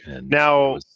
Now